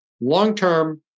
Long-term